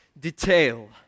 detail